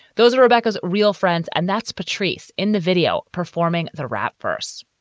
those are rebecca's real friends. and that's patrice in the video performing the wrap for us.